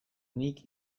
nik